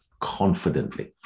confidently